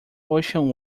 ocean